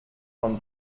von